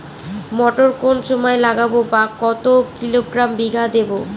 মটর কোন সময় লাগাবো বা কতো কিলোগ্রাম বিঘা দেবো?